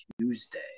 Tuesday